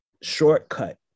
shortcut